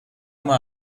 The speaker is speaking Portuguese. uma